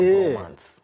romance